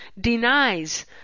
denies